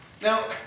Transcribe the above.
Now